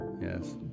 Yes